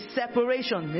separation